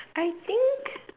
I think